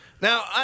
Now